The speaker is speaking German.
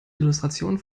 illustrationen